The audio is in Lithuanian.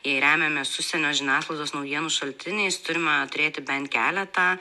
jei remiamės užsienio žiniasklaidos naujienų šaltiniais turime turėti bent keletą